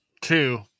Two